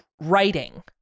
writing